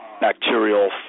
bacterial